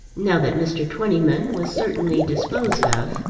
now that mr. twentyman was certainly disposed of,